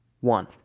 one